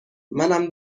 منم